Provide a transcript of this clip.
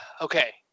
Okay